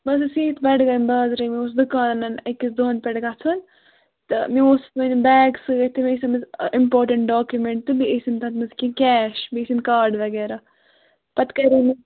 بہٕ ٲسٕس سیٖٹ بَڈگامہِ بازرٕے اوس دُکانَن أکِس دۄن پٮ۪ٹھ گژھُن تہٕ مےٚ اوس وۅنۍ بیگ سۭتۍ تہٕ مےٚ ٲسۍ أمِس اِمپاٹَنٛٹ ڈاکیٛومٮ۪نٛٹ تہٕ بیٚیہِ ٲسِم تَتھ منٛز کیٚنٛہہ کیش بیٚیہِ ٲسِم کارڈ وغیرہ پَتہٕ کَریو مےٚ